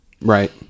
Right